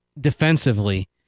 defensively